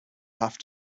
have